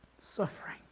Suffering